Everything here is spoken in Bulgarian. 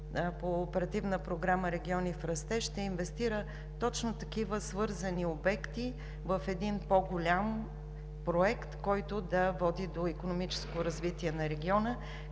Оперативна програма „Региони в растеж“ ще инвестира точно в такива обекти, свързани в един по-голям проект, който да води до икономическо развитие на региона,